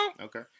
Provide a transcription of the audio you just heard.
Okay